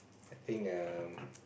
I think um